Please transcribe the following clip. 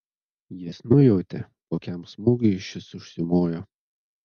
jis nujautė kokiam smūgiui šis užsimojo